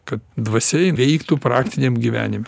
kad dvasia veiktų praktiniam gyvenime